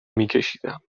میکشیدم